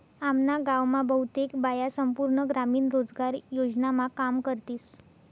आम्ना गाव मा बहुतेक बाया संपूर्ण ग्रामीण रोजगार योजनामा काम करतीस